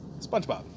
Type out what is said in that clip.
SpongeBob